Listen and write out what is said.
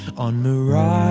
on moriah,